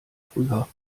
früher